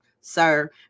sir